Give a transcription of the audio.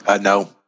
no